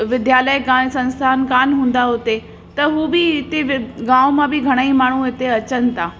विद्धालय खां संस्थान कान हूंदा हुते त हू बि हिते बि गांव मां बि घणेई माण्हू हिते अचनि था